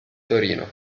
torino